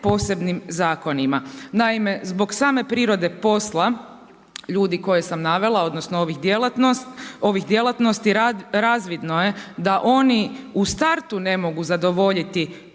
posebnim zakonima. Naime, zbog same prirode posla, ljudi koje sam navela odnosno ovih djelatnosti, razvodno je da oni u startu ne mogu zadovoljiti